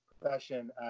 profession